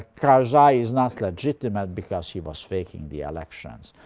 karzai is not legitimate because he was faking the elections.